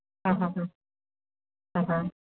आहा हा हा हा